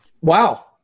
wow